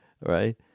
Right